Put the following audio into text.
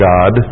God